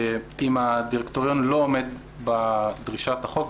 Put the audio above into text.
אם הדירקטוריון לא עומד בדרישת החוק,